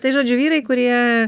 tai žodžiu vyrai kurie